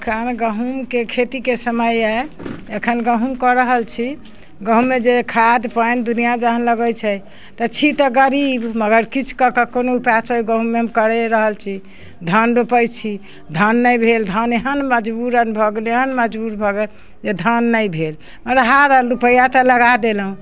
एखन गहूमके खेतीके समय अइ एखन गहूम कऽ रहल छी गहूममे जे खाद पानि दुनिआँ जहान लगै छै तऽ छी तऽ गरीब मगर किछु कऽ कऽ कोनो उपायसँ ओहि गहूमे हम करि रहल छी धान रोपै छी धान नहि भेल धान एहन मजबूरन भऽ गेलै हँ मजबूर भऽ गेलै जे धान नहि भेल आओर हारल रुपैआ तऽ लगा देलहुँ